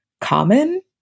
common